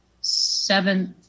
seventh